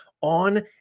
on